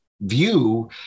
view